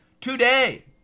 today